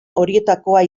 horietakoa